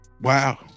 wow